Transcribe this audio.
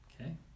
Okay